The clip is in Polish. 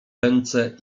ręce